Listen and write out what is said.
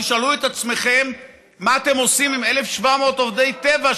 תשאלו את עצמכם מה אתם עושים עם 1,700 עובדי טבע,